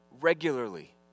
regularly